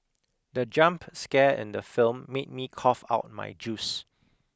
the jump scare in the film made me cough out my juice